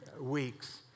weeks